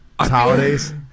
holidays